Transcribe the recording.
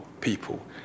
people